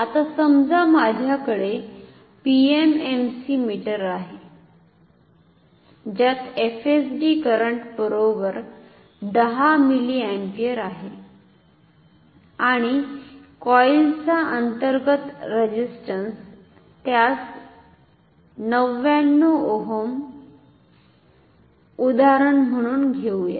आता समजा माझ्याकडे पीएमएमसी मीटर आहे ज्यात FSD करंट बरोबर 10 मिलिएम्पियर आहे आणि कॉईलचा अंतर्गत रेझिस्टंस त्यास 99 ओहम उदाहरण म्हणून घेवुया